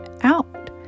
out